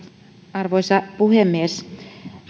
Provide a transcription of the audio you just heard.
arvoisa puhemies